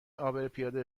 عابرپیاده